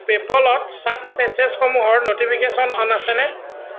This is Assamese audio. পে'পলত চাট মেছেজসমূহৰ ন'টিফিকেশ্যন অন আছেনে